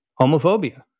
homophobia